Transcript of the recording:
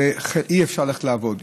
אי-אפשר ללכת לעבוד,